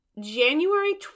January